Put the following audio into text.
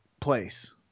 place